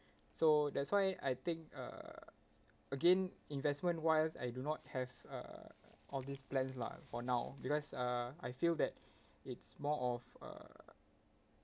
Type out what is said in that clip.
so that's why I think uh again investment wise I do not have uh all these plans lah for now because uh I feel that it's more of uh